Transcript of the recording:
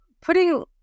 putting